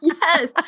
Yes